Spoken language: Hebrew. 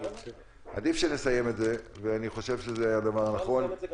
עדיף שנסיים את זה ואני חושב שזה הדבר הנכון.